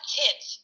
kids